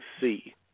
see